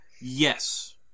Yes